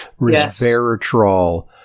resveratrol